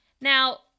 Now